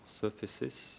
surfaces